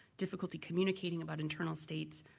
difficulty communicating about internal states,